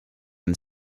and